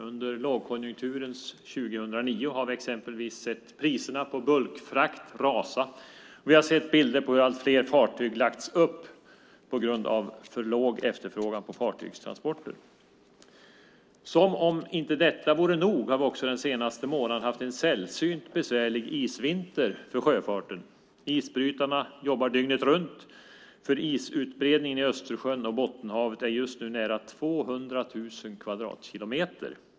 Under lågkonjunkturens 2009 har vi exempelvis sett priserna på bulkfrakt rasa, och vi har sett bilder på hur allt fler fartyg lagts upp på grund av för låg efterfrågan på fartygstransporter. Som om inte detta vore nog har vi också den senaste månaden haft en sällsynt besvärlig isvinter för sjöfarten. Isbrytarna jobbar dygnet runt, för isutbredningen i Östersjön och Bottenhavet är just nu nära 200 000 kvadratkilometer.